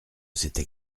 c’était